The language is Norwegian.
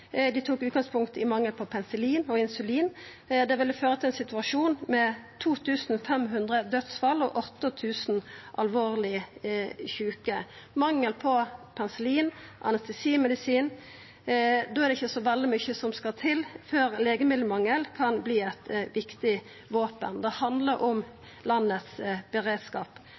Dei tok utgangspunkt i mangel på penicillin og insulin. Det ville føra til ein situasjon med 2 500 dødsfall og 8 000 alvorleg sjuke. Ved mangel på penicillin og anestesimedisin er det ikkje så veldig mykje som skal til før legemiddelmangel kan verte eit viktig våpen. Det handlar om landets beredskap.